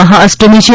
મહાઅષ્ટમી છે